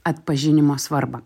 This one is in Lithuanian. atpažinimo svarbą